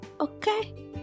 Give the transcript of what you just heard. okay